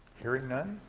hearing none.